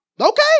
Okay